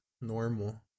normal